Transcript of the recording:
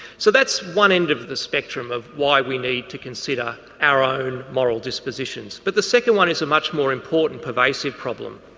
so that's one end of the spectrum of why we need to consider our own moral dispositions. but the second one is a much more important pervasive problem,